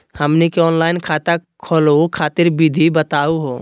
हमनी के ऑनलाइन खाता खोलहु खातिर विधि बताहु हो?